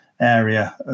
area